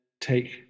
take